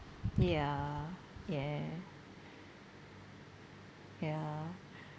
ya yeah ya